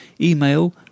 email